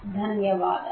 ధన్యవాదాలు